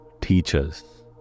teachers